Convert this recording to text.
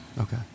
Okay